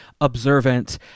observant